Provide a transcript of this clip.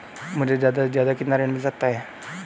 मुझे ज्यादा से ज्यादा कितना ऋण मिल सकता है?